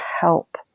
help